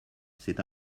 c’est